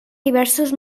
diversos